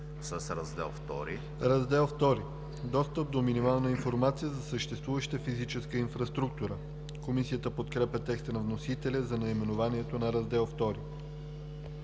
„Раздел II – Достъп до минимална информация за съществуваща физическа инфраструктура“. Комисията подкрепя текста на вносителя за наименованието на Раздел II.